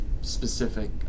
specific